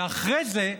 ואחרי זה,